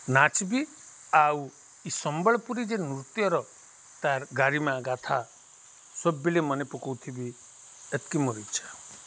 ନାଚିବି ଆଉ ସମ୍ବଳପୁରୀ ଯେ ନୃତ୍ୟର ତାର ଗାରିମା ଗାଥା ସବୁବେଳେ ମନେ ପକଉଥିବି ଏତିକି ମୋର ଇଚ୍ଛା